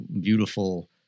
beautiful